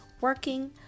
working